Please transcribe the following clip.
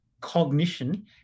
cognition